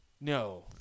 No